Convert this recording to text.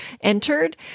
entered